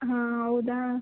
ಹಾಂ ಹೌದಾ